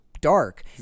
dark